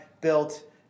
built